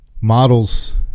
models